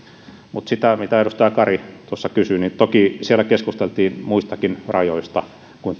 mutta siihen mitä edustaja kari tuossa kysyi toki siellä keskusteltiin muistakin rajoista kuin